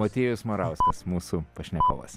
motiejus morauskas mūsų pašnekovas